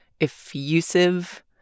effusive